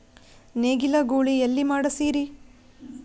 ನೇಗಿಲ ಗೂಳಿ ಎಲ್ಲಿ ಮಾಡಸೀರಿ?